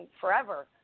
forever